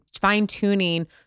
fine-tuning